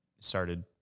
started